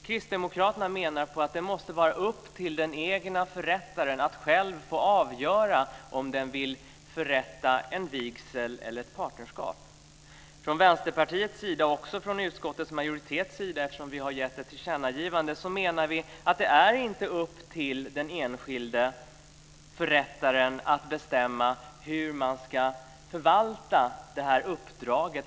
Kristdemokraterna menar att det måste vara upp till den enskilde förrättaren att själv få avgöra om vederbörande vill förrätta en vigsel eller ett partnerskap. Vänsterpartiet och också utskottets majoritet - vi har ju gjort ett tillkännagivande - menar att det inte är upp till den enskilde förrättaren att bestämma hur det här uppdraget ska förvaltas.